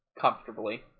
comfortably